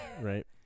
Right